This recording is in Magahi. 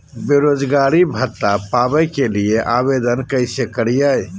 बेरोजगारी भत्ता पावे के लिए आवेदन कैसे करियय?